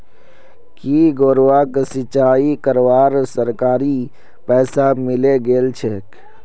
की गौरवक सिंचाई करवार सरकारी पैसा मिले गेल छेक